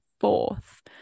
fourth